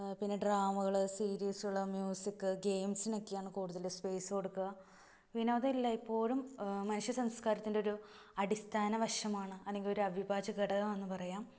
പിന്നെ ഡ്രാമകള് സീരീസുകള് മ്യൂസിക്ക് ഗെയിംസിനൊക്കെയാണ് കൂടുതല് സ്പേസ് കൊടുക്കുക വിനോദയില്ല ഇപ്പോഴും മനുഷ്യസംസ്കാരത്തിന്റെ ഒരു അടിസ്ഥാന വശമാണ് അല്ലെങ്കില് ഒരു അഭിവാജ്യ ഘടകമാണെന്ന് പറയാം